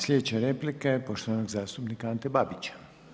Sljedeća replika je poštovanog zastupnika Ante Babića.